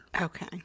Okay